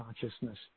consciousness